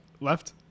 Left